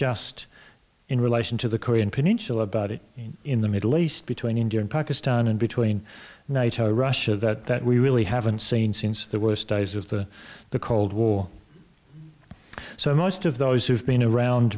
just in relation to the korean peninsula about it in the middle east between india and pakistan and between nighter russia that we really haven't seen since the worst days of the cold war so most of those who've been around